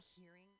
hearing